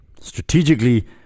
Strategically